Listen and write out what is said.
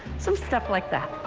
so stuff like that.